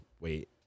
wait